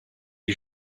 you